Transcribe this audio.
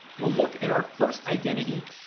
well, look at our first identity.